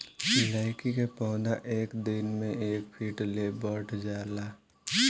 लैकी के पौधा एक दिन मे एक फिट ले बढ़ जाला